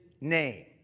name